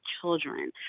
children